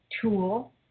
tool